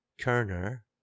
Kerner